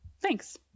Thanks